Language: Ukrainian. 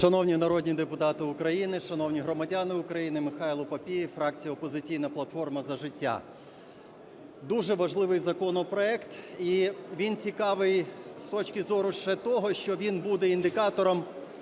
Шановні народні депутати України, шановні громадяни України, Михайло Папієв, фракція "Опозиційна платформа – За життя". Дуже важливий законопроект. І він цікавий з точки зору ще того, що він буде індикатором